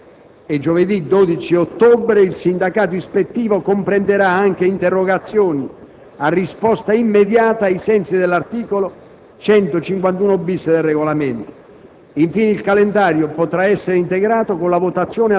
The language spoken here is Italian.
Nelle sedute pomeridiane di giovedì 5 e 12 ottobre, il sindacato ispettivo comprenderà anche interrogazioni a risposta immediata ai sensi dell'articolo 151-*bis* del Regolamento.